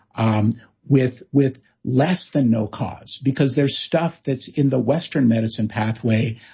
um with with less than no cause. because there's stuff that's in the western medicine pathway,